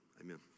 Amen